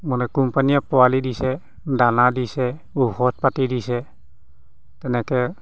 মানে কোম্পানীয়ে পোৱালি দিছে দানা দিছে ঔষদপাতি দিছে তেনেকৈ